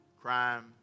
crime